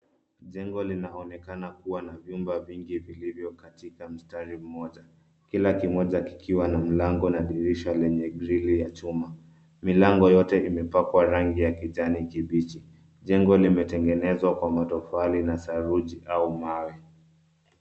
Jengo linaonekana kuwa na vyumba vingi vilivyo katika mstari mmoja. Kila kimoja kikiwa na mlango na dirisha lenye grill ya chuma. Milango yote imepakwa rangi ya kijani kibichi. Jengo limetengenezwa kwa matofali na saruji au mawe.